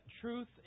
truth